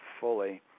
fully